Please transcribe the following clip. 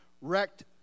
wrecked